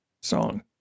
song